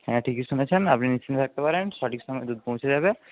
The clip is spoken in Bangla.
হ্যাঁ ঠিকই শুনেছেন আপনি নিশ্চিন্ত থাকতে পারেন সঠিক সময় দুধ পৌঁছে যাবে